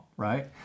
right